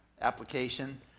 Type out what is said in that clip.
Application